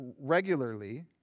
regularly